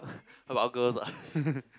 about girls ah